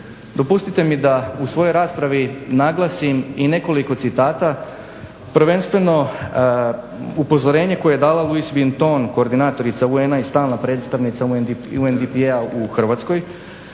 Dopustite mi da u svojoj raspravi naglasim i nekoliko citata, prvenstveno upozorenje koje je dala Louis Vinton, koordinatorica UN-a i stalna predstavnica UNDP-a u Hrvatskoj,